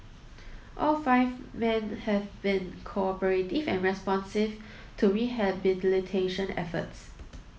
all five men have been cooperative and responsive to rehabilitation efforts